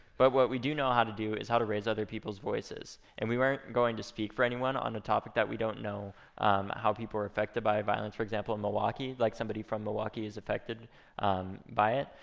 but what we do know how to do is how to raise other people's voices. and we weren't going to speak for anyone on a topic that we don't know how people were affected by violence. for example, and milwaukee, like somebody from milwaukee is affected by it.